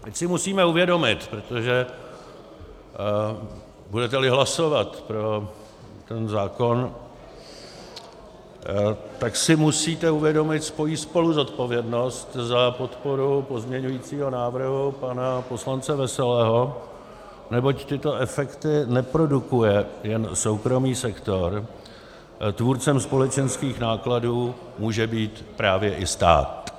Teď si musíme uvědomit, protože budeteli hlasovat pro zákon, tak si musíte uvědomit svoji spoluodpovědnost za podporu pozměňovacího návrhu pana poslance Veselého, neboť tyto efekty neprodukuje jen soukromý sektor, tvůrcem společenských nákladů může být právě i stát.